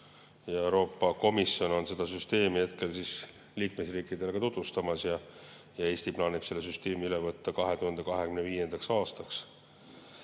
Euroopa Komisjon seda süsteemi liikmesriikidele ka tutvustab ja Eesti plaanib selle süsteemi üle võtta 2025. aastaks.